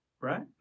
right